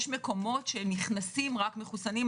שנכנסים רק מחוסנים.